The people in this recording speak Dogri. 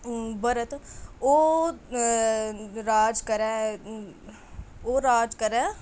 भरत ओह् राज करै ओह् राज करै